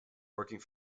working